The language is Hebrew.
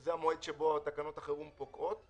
זה המועד שבו תקנות החירום פוקעות.